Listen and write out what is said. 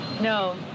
No